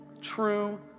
true